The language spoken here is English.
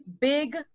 Big